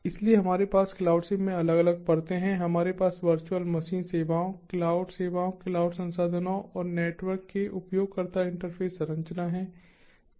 इसलिए हमारे पास क्लाउडसिम में अलग अलग परतें हैं हमारे पास वर्चुअल मशीन सेवाओं क्लाउड सेवाओं क्लाउड संसाधनों और नेटवर्क के उपयोगकर्ता इंटरफ़ेस संरचना है